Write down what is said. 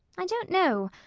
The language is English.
i don't know.